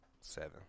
Seven